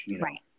Right